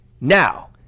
now